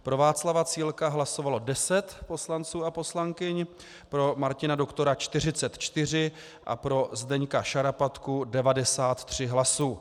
Pro Václava Cílka hlasovalo 10 poslanců a poslankyň, pro Martina Doktora 44 a pro Zdeňka Šarapatku 93 hlasů.